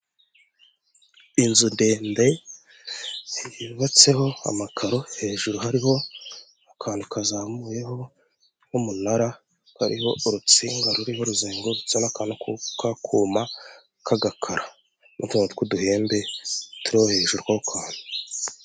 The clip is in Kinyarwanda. Inzu ndende y'ubatseho amakaro hejuru hariho akantu kazamuyeho nk'umunara hariho urutsinga ruriho ruzengurutse n'akantu kakuma k'agakara n'utuntu tw'uduhembe turiho hejjuru y'ako kantu.